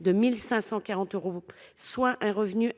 de 1 540 euros,